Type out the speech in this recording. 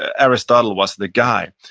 aristotle was the guy,